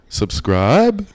subscribe